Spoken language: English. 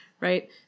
right